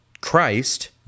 Christ